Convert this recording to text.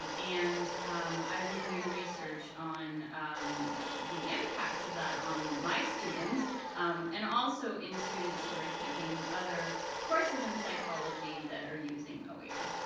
and and um i'm doing research on the impacts of that on my students and also in students who are taking other courses in psychology that are using oer. yeah